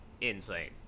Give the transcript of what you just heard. insane